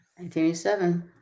1987